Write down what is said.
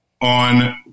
on